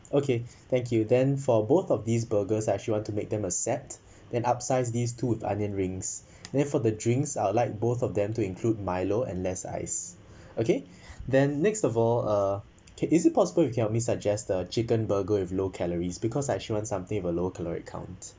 okay thank you then for both of these burgers I actually want to make them a set then upsize these two with onion rings then for the drinks I would like both of them to include milo and less ice okay then next of all uh can is it possible you can help me suggests the chicken burger with low calories because I actually want something of a low calorie count